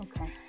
Okay